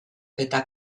eta